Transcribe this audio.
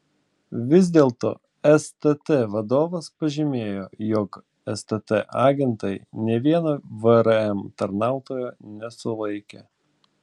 vis dėlto stt vadovas pažymėjo jog stt agentai nė vieno vrm tarnautojo nesulaikė